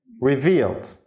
revealed